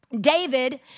David